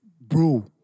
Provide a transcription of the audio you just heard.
Bro